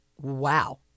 wow